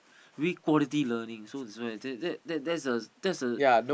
really quality learning so that's why that that that's the that's the